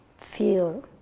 feel